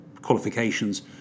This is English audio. qualifications